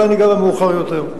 אולי ניגע בה מאוחר יותר,